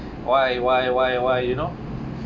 why why why why you know